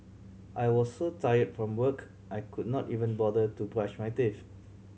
I was so tired from work I could not even bother to brush my teeth